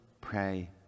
pray